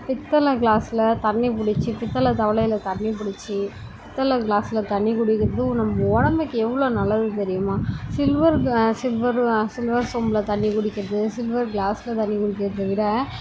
பித்தளை க்ளாஸில் தண்ணியப்பிடிச்சி பித்தளை தவழைல தண்ணிப்பிடிச்சி பித்தளை க்ளாஸில் தண்ணிக்குடிக்கிறது ஒ நம்ம உடம்புக்கு எவ்வளோ நல்லதுன்னு தெரியுமா சில்வர் க்ளா சில்வர் சில்வர் சொம்பில் தண்ணிக்குடிக்கிறது சில்வர் க்ளாஸில் தண்ணிக்குடிக்குறதை விட